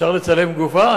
אפשר לצלם גופה.